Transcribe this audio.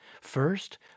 First